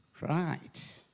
Right